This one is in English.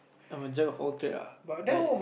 I'm a jack of all trade ah like